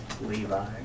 Levi